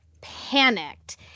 panicked